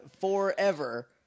forever